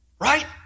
Right